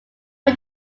win